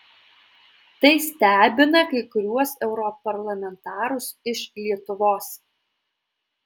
tai stebina kai kuriuos europarlamentarus iš lietuvos